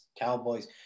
Cowboys